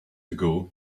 ago